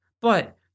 but-